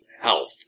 health